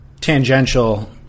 tangential